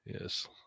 Yes